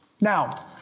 Now